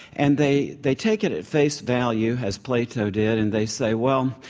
and they they take it at face value, as plato did, and they say, well,